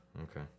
Okay